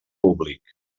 públic